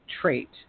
Trait